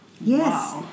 Yes